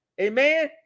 amen